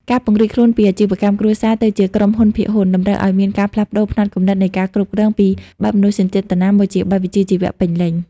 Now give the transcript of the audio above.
ការពង្រីកខ្លួនពីអាជីវកម្មគ្រួសារទៅជាក្រុមហ៊ុនភាគហ៊ុន តម្រូវឱ្យមានការផ្លាស់ប្តូរផ្នត់គំនិតនៃការគ្រប់គ្រងពីបែបមនោសញ្ចេតនាមកជាបែបវិជ្ជាជីវៈពេញលេញ។